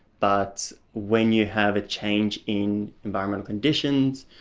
but when you have a change in environmental conditions,